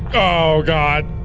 oh god.